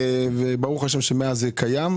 וברוך השם, מאז זה קיים.